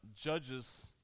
Judges